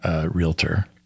realtor